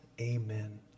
amen